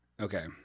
Okay